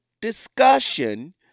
discussion